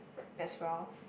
as well